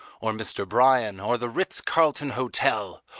or mr. bryan, or the ritz-carlton hotel,